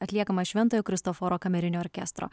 atliekamas šventojo kristoforo kamerinio orkestro